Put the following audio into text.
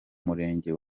murenge